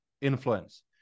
influence